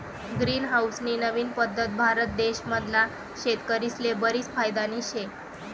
green house नी नवीन पद्धत भारत देश मधला शेतकरीस्ले बरीच फायदानी शे